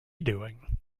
doing